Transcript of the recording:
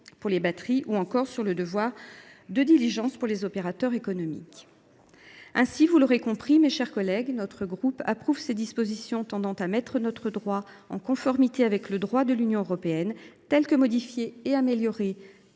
déchets associés ou encore au devoir de diligence des opérateurs économiques. Ainsi, vous l’aurez compris, mes chers collègues, notre groupe approuve ces dispositions tendant à mettre notre droit en conformité avec le droit de l’Union européenne, telles qu’elles ont